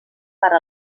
per